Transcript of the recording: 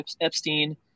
Epstein